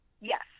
Yes